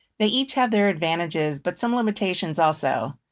they each have their advantages but some limitations also.